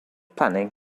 planning